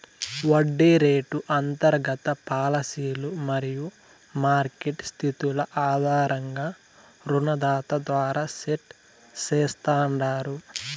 వడ్డీ రేటు అంతర్గత పాలసీలు మరియు మార్కెట్ స్థితుల ఆధారంగా రుణదాత ద్వారా సెట్ చేస్తాండారు